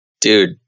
dude